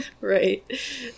Right